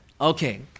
Okay